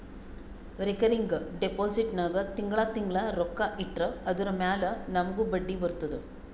recurring deposit ನಾಗ್ ತಿಂಗಳಾ ತಿಂಗಳಾ ರೊಕ್ಕಾ ಇಟ್ಟರ್ ಅದುರ ಮ್ಯಾಲ ನಮೂಗ್ ಬಡ್ಡಿ ಬರ್ತುದ